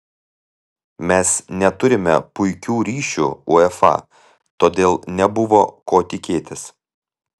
mes neturime puikių ryšių uefa todėl nebuvo ko tikėtis